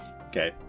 Okay